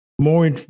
more